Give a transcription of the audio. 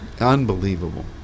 Unbelievable